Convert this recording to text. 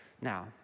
Now